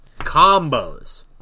Combos